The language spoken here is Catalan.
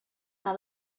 que